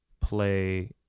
play